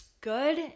good